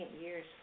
years